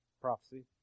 prophecy